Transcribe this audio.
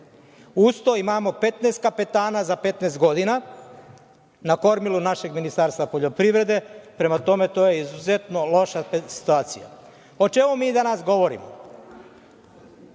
Uz to, imamo 15 kapetana za 15 godina na kormilu našeg Ministarstva poljoprivrede. Prema tome, to je izuzetno loša situacija.O čemu mi danas govorimo? Gospodine